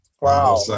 wow